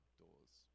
doors